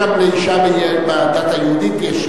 גם לאשה בדת היהודית יש